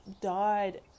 died